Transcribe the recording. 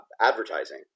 advertising